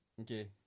okay